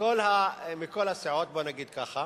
מכּל הסיעות, בוא נגיד ככה.